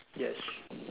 yes